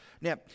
Now